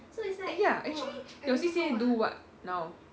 eh ya actually your C_C_A do what now